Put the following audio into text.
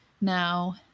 now